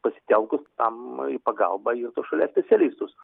pasitelkus tam į pagalbą ir tos šalies specialistus